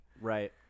Right